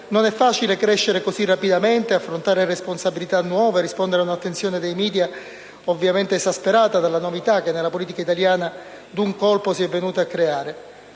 non è facile crescere così rapidamente, affrontare responsabilità nuove, rispondere a un'attenzione dei *media*, ovviamente esasperata dalla novità che nella politica italiana, d'un colpo, si è venuta a creare.